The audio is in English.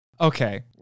Okay